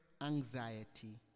anxiety